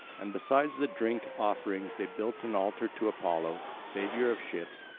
and besides the drink offerings they built an altar to apollo, saviour of ships,